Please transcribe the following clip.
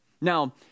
Now